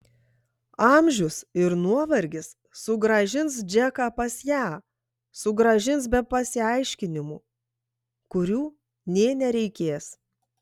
amžius ir nuovargis sugrąžins džeką pas ją sugrąžins be pasiaiškinimų kurių nė nereikės